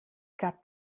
gab